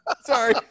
Sorry